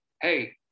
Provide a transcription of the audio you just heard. hey